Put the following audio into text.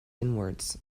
inwards